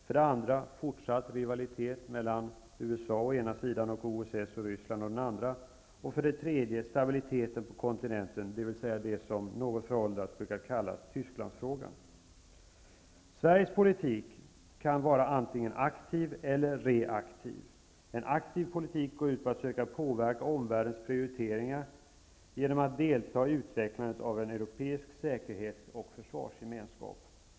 För det andra fortsatt rivalitet mellan USA å ena sidan och OSS och Ryssland å den andra. För det tredje stabiliteten på kontinenten, dvs. det som något föråldrat brukar kallas Tysklandsfrågan. Sveriges politik kan vara antingen aktiv eller reaktiv. En aktiv politik går ut på att söka påverka omvärldens prioriteringar genom att delta i utvecklandet av en europeisk säkerhets och försvarsgemenskap.